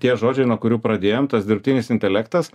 tie žodžiai nuo kurių pradėjom tas dirbtinis intelektas